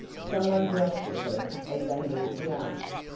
some one jostled them as they neared the arch.